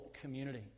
community